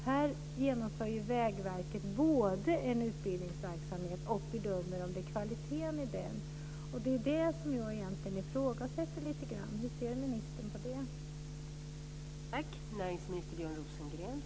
Här genomför ju Vägverket en utbildningsverksamhet och bedömer samtidigt kvaliteten i den. Det är det som jag ifrågasätter lite grann. Hur ser ministern på detta?